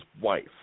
wife